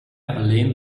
alleen